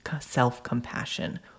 self-compassion